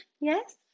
yes